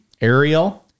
Ariel